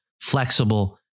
flexible